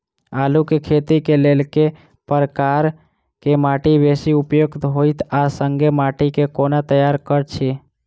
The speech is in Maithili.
आलु केँ खेती केँ लेल केँ प्रकार केँ माटि बेसी उपयुक्त होइत आ संगे माटि केँ कोना तैयार करऽ छी?